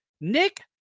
Nick